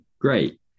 great